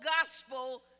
gospel